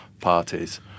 parties